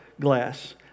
glass